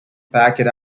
packet